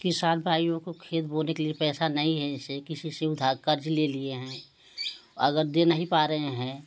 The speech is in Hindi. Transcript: किसान भाइयों को खेत बोने के लिए पैसा नहीं है ऐसे किसी से उधार कर्ज़ ले लिए हैं अगर दे नहीं पा रहे हैं